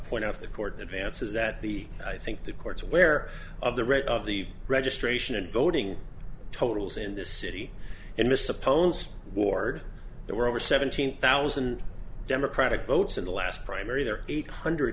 point out the court in vance's that the i think the court's aware of the rate of the registration and voting totals in this city in this opponent's ward there were over seventeen thousand democratic votes in the last primary there eight hundred